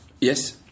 Yes